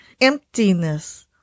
emptiness